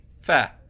fair